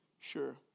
sure